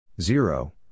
Zero